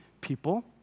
people